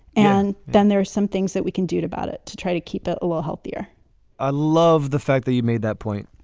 and then there's some things that we can do about it to try to keep it a little healthier i love the fact that you made that point.